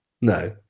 No